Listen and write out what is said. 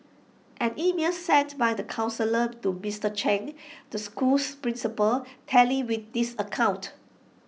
an email sent by the counsellor to Mister Chen the school's principal tallies with this account